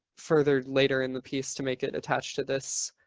further later in the piece to make it attached to this